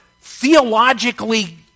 theologically